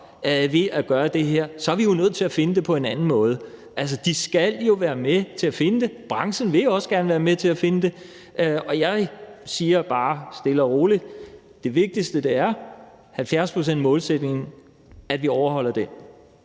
ved at gøre det her, så er vi jo nødt til at finde det på en anden måde. Altså, de skal jo være med til at finde det, og branchen vil også gerne være med til at finde det. Og jeg siger bare stille og roligt: Det vigtigste er, at vi overholder